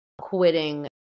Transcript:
quitting